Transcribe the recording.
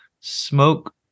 smoke